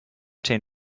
chain